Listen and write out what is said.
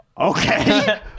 Okay